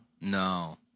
No